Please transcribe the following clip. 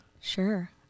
Sure